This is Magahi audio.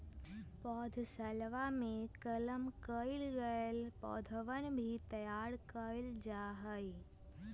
पौधशलवा में कलम कइल गैल पौधवन भी तैयार कइल जाहई